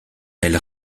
elle